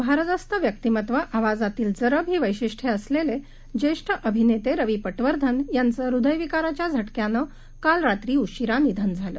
भारदस्तव्यक्तिमत्वआवाजातीलजरबहीवैशिष्ठ्येअसलेलेज्येष्ठअभिनेतेरवीपटवर्धन यांचेह्दयविकाराच्याझटक्यानेकालरात्रीउशिरानिधनझाले